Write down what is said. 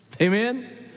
Amen